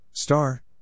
Star